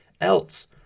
else